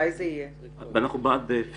שיחול על החברה המזמינה.